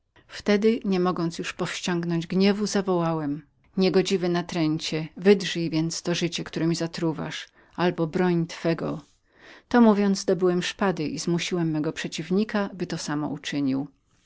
wtedy nie mogąc już powściągnąć gniewu zawołałem niegodziwy natręcie wydrzyj więc to życie które mi zatruwasz albo broń twego to mówiąc dobyłem szpady i zmusiłem mego przeciwnika że to samo uczynił